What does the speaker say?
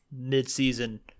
mid-season